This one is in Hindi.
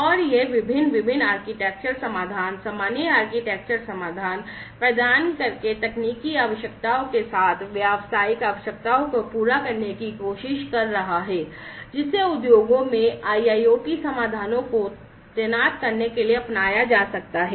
और यह विभिन्न विभिन्न आर्किटेक्चर समाधान सामान्य आर्किटेक्चर समाधान प्रदान करके तकनीकी आवश्यकताओं के साथ व्यावसायिक आवश्यकताओं को पूरा करने की कोशिश कर रहा है जिसे उद्योगों में IIoT समाधानों को तैनात करने के लिए अपनाया जा सकता है